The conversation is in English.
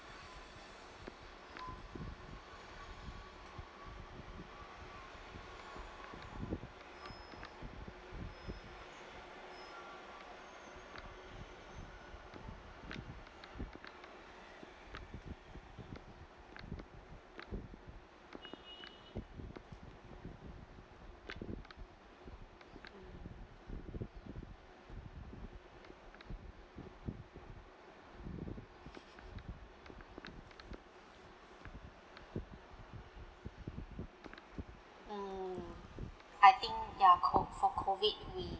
mm I think ya CO~ for COVID we